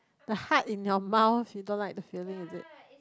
the heart in your mouth you don't like the feeling it is